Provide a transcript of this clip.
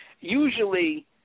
usually